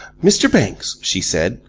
mr. banks, she said,